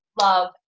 love